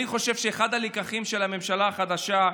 אני חושב שאחד הלקחים של הממשלה החדשה,